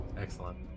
excellent